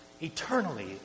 eternally